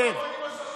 שב.